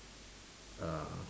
uh